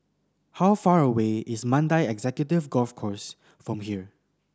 how far away is Mandai Executive Golf Course from here